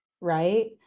Right